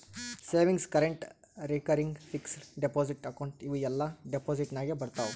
savings, current, recurring, fixed deposit account ಇವೂ ಎಲ್ಲಾ deposit ನಾಗೆ ಬರ್ತಾವ್